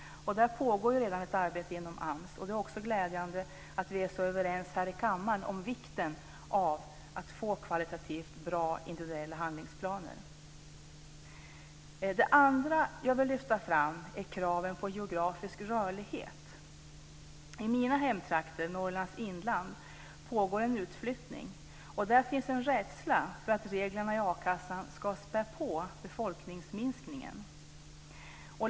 Det pågår redan ett arbete inom AMS. Det är också glädjande att vi är så överens här i kammaren om vikten av att få kvalitativt bra individuella handlingsplaner. Det andra jag vill lyfta fram är kraven på geografisk rörlighet. I mina hemtrakter, Norrlands inland, pågår en utflyttning. Där finns en rädsla för att reglerna i a-kassan ska späda på befolkningsminskningen.